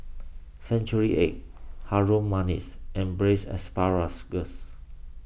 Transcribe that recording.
Century Egg Harum Manis and Braised